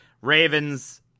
Raven's